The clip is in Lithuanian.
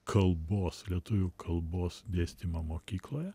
kalbos lietuvių kalbos dėstymą mokykloje